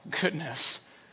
goodness